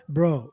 Bro